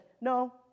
no